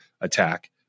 attack